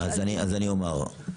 לא, אז אני אומר.